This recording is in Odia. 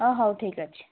ଅଁ ହଉ ଠିକ୍ ଅଛି